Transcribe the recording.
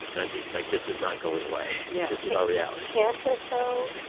i mean, like, this is not going away yeah this is our reality can't it, though,